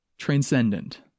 Transcendent